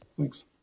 Thanks